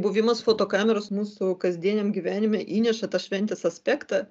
buvimas fotokameros mūsų kasdieniam gyvenime įneša tą šventės aspektą